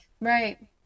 Right